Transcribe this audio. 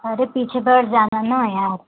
अरे पीछे बैठ जाना ना यार